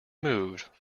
moved